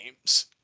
games